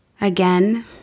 again